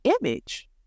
image